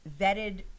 vetted